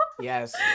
yes